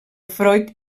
freud